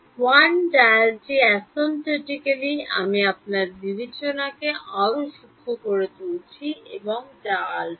1 ডায়ালটি অ্যাসেম্পোটোটিকভাবে আমি আমার বিবেচনাকে আরও সূক্ষ্ম করে তুলছি এবং যা আলফা